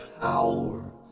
power